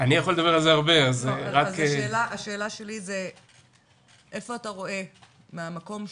איפה אתה רואה מהמקום שלך,